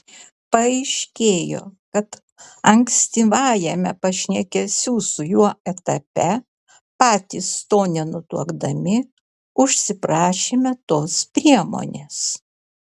paaiškėjo kad ankstyvajame pašnekesių su juo etape patys to nenutuokdami užsiprašėme tos priemonės